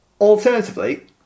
alternatively